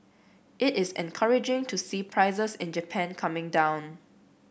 it is encouraging to see prices in Japan coming down